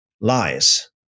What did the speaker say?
lies